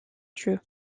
dieu